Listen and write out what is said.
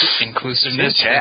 inclusiveness